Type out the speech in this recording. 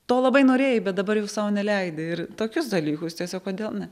to labai norėjai bet dabar jau sau neleidi ir tokius dalykus tiesiog kodėl ne